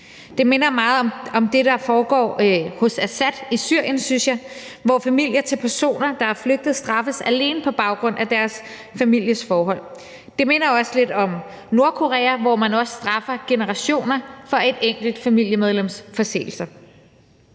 Det minder meget om det, der foregår hos Assad i Syrien, synes jeg, hvor familier til personer, der er flygtet, straffes alene på baggrund af deres families forhold. Det minder også lidt om Nordkorea, hvor man straffer generationer for et enkelt familiemedlems forseelser.